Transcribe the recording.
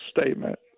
statement